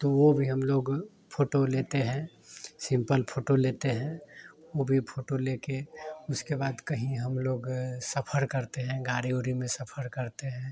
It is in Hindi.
तो वो भी हम लोग फोटो लेते हैं सिंपल फोटो लेते हैं वो भी फोटो लेके उसके बाद कहीं हम लोग सफर करते हैं गाड़ी उड़ी में सफर करते हैं